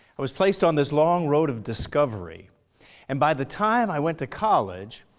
i was placed on this long road of discovery and by the time i went to college,